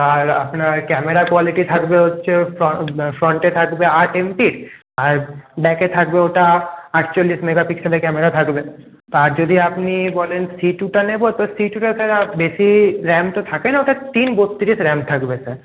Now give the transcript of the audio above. আর আপনার camera quality থাকবে হচ্ছে ফ্রন্টে থাকবে আট এমপির আর ব্যাকে থাকবে ওটা আটচল্লিশ মেগাপিক্সেলের ক্যামেরা থাকবে আর যদি আপনি বলেন সি টুটা নেবো তো সি টুটা তাহলে বেশি র্যাম তো থাকে না ওটায় তিন বত্রিশ র্যাম থাকবে স্যার